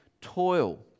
toil